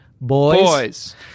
boys